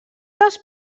dels